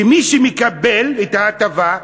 שמי שמקבל את ההטבה,